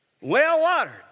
well-watered